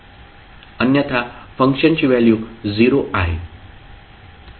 अन्यथा फंक्शन ची व्हॅल्यू 0 आहे